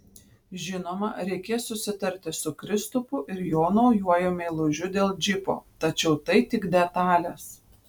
žinoma reikės susitarti su kristupu ir jo naujuoju meilužiu dėl džipo tačiau tai tik detalės